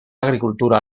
agricultura